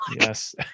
Yes